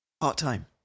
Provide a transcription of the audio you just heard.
Part-time